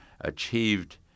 achieved